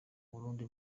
burundi